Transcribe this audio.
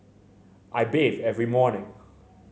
I bathe every morning